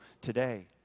today